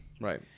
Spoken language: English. Right